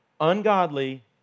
Ungodly